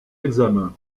examens